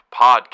Podcast